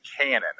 cannon